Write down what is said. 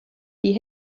die